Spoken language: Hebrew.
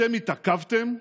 אתם התעכבתם,